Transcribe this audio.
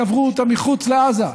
קברו אותם מחוץ לעזה.